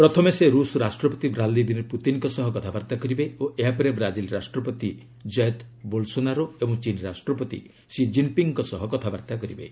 ପ୍ରଥମେ ସେ ରୁଷ୍ ରାଷ୍ଟ୍ରପତି ଭ୍ଲାଦିମିର୍ ପୁତିନ୍ଙ୍କ ସହ କଥାବର୍ତ୍ତା କରିବେ ଓ ଏହା ପରେ ବ୍ରାଜିଲ୍ ରାଷ୍ଟ୍ରପତି ଜୟେଦ୍ ବୋଲ୍ସୋନାରୋ ଏବଂ ଚୀନ୍ ରାଷ୍ଟ୍ରପତି ଷି ଜିନ୍ପିଙ୍ଗ୍ଙ୍କ ସହ କଥାବର୍ତ୍ତା କରିବେ